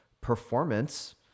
performance